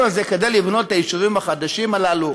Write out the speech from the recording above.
הזה כדי לבנות את היישובים החדשים הללו,